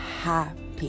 happy